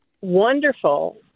wonderful